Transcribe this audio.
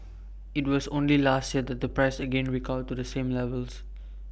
IT was only last year that the price again recovered to the same levels